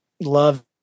Love